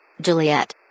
Juliet